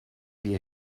die